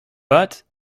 but